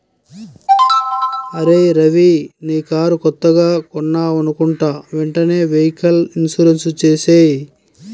అరేయ్ రవీ నీ కారు కొత్తగా కొన్నావనుకుంటా వెంటనే వెహికల్ ఇన్సూరెన్సు చేసేయ్